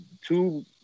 two